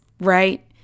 right